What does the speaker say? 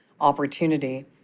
opportunity